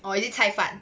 or is it 菜饭